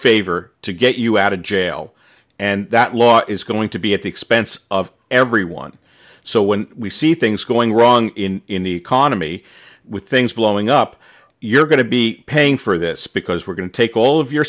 favor to get you out of jail and that law is going to be at the expense of everyone so when we see things going wrong in the economy with things blowing up you're going to be paying for this because we're going to take all of your